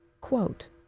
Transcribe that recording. Quote